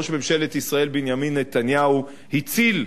ראש ממשלת ישראל בנימין נתניהו הציל,